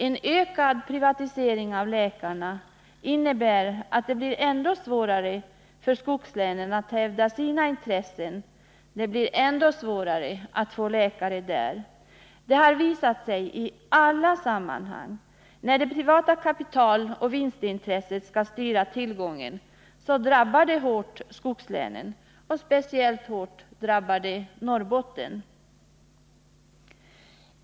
En ökad privatisering när det gäller läkarna innebär att det blir ändå svårare för skogslänen att hävda sina intressen — det blir ändå svårare att där få läkare. Det har i alla sammanhang visat sig att när det privata kapitaloch vinstintresset skall styra tillgången drabbar det hårt skogslänen och speciellt Norrbotten.